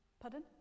Pardon